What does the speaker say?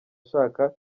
ashaka